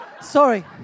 Sorry